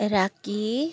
ରାକି